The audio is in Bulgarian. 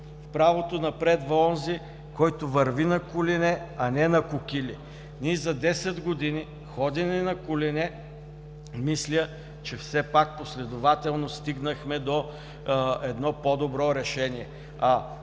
правото напредва онзи, който върви на колене, а не на кокили“. Ние за десет години ходене на колене, мисля, че все пак последователно стигнахме до едно по-добро решение.